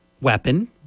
weapon